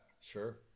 Sure